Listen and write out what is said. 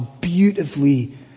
beautifully